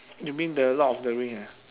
you mean the lord of the ring ah